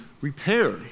repair